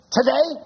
Today